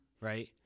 right